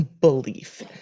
belief